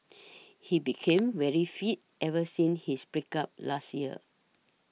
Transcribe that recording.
he became very fit ever since his break up last year